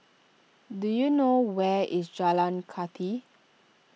do you know where is Jalan Kathi